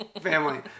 family